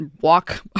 walk